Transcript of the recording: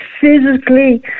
physically